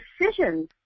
decisions